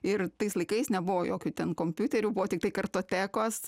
ir tais laikais nebuvo jokių ten kompiuterių buvo tiktai kartotekos